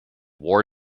war